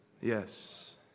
Yes